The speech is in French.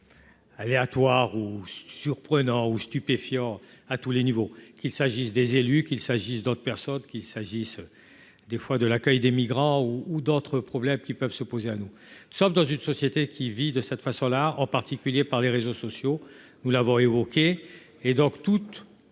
Aléatoire ou surprenant ou stupéfiants à tous les niveaux, qu'il s'agisse des élus qu'il s'agisse d'autres personnes, qu'il s'agisse des fois de l'accueil des migrants ou d'autres problèmes qui peuvent se poser à nous sommes dans une société qui vit de cette façon-là, en particulier par les réseaux sociaux, nous l'avons évoqué et donc toute